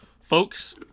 folks